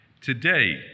Today